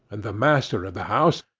and the master of the house,